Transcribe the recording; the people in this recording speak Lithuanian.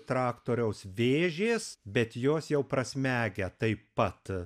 traktoriaus vėžės bet jos jau prasmegę taip pat